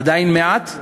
עדיין מעט,